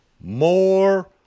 More